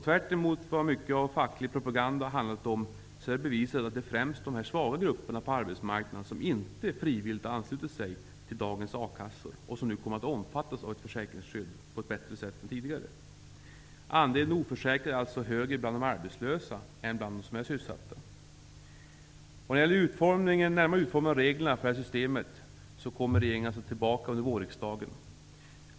Tvärtemot det som mycket av den fackliga propagandan handlat om är det bevisat att det är främst de ''svaga'' grupperna på arbetsmarknaden som inte frivilligt anslutit sig till dagens a-kassor och som nu på ett bättre sätt än tidigare kommer att omfattas av ett försäkringsskydd. Andelen oförsäkrade är alltså större bland de arbetslösa än bland dem som är sysselsatta. När det gäller den närmare utformningen av reglerna i fråga om det här systemet kan jag säga att regeringen återkommer till frågan under vårriksdagen.